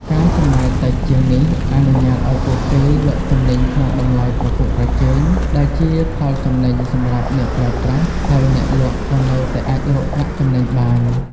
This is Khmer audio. ការចំណាយតិចជាងនេះអនុញ្ញាតឲ្យពួកគេលក់ទំនិញក្នុងតម្លៃប្រកួតប្រជែង ដែលជាផលចំណេញសម្រាប់អ្នកប្រើប្រាស់ ហើយអ្នកលក់ក៏នៅតែអាចរកប្រាក់ចំណេញបាន។